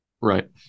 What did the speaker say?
Right